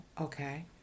Okay